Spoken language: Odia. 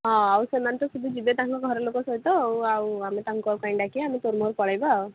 ହଁ ଆଉ ସେମାନେ ତ ସବୁ ଯିବେ ତାଙ୍କ ଘର ଲୋକ ସହିତ ଆଉ ଆମେ ତାଙ୍କୁ ଆଉ କାହିଁକି ଡାକିବା ଆମେ ତୋର ମୋର ପଳାଇବା ଆଉ